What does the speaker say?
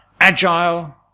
agile